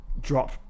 drop